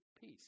peace